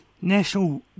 National